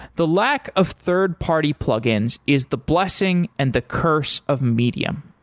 the lack of third party plugins is the blessing and the curse of medium.